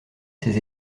ses